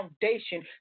foundation